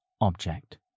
object